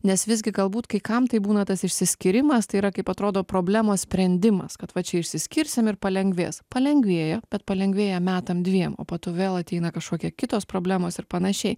nes visgi galbūt kai kam tai būna tas išsiskyrimas tai yra kaip atrodo problemos sprendimas kad va čia išsiskirsim ir palengvės palengvėja bet palengvėja metam dviem o po to vėl ateina kažkokia kitos problemos ir panašiai